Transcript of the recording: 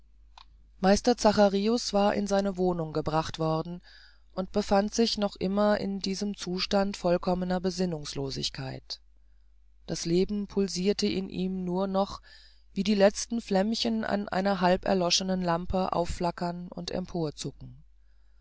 meister zacharius war in seine wohnung gebracht worden und befand sich noch immer in einem zustande vollkommener besinnungslosigkeit das leben pulsirte in ihm nur noch wie die letzten flämmchen an einer halb erloschenen lampe aufflackern und